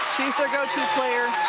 she's their go-to player.